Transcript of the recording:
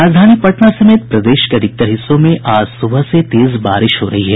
राजधानी पटना समेत प्रदेश के अधिकतर हिस्सों में आज सुबह से तेज बारिश हो रही है